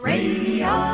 Radio